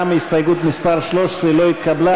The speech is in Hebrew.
גם הסתייגות מס' 13 לא התקבלה.